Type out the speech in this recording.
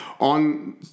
on